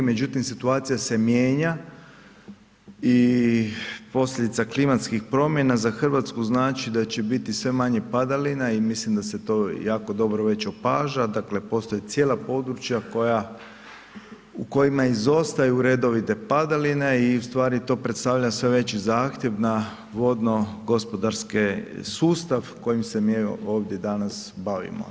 Međutim, situacija se mijenja i posljedica klimatskih promjena za Hrvatsku znači da će biti sve manje padalina i mislim da se to jako dobro već opaža, dakle postoje cijela područja koja, u kojima izostaju redovite padaline i u stvari to predstavlja sve veći zahtjev na vodno gospodarski sustav kojim se mi ovdje danas bavimo.